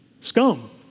scum